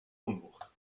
unwucht